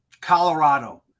Colorado